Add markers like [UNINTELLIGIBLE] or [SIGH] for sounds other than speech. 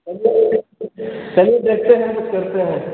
[UNINTELLIGIBLE] चलिए देखते हैं कुछ करते हैं